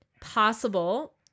possible